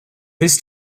this